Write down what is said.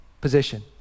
position